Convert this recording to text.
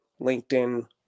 linkedin